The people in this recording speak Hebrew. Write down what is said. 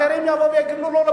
אחרים יגידו לו,